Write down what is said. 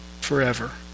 forever